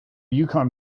yukon